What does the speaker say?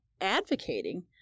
advocating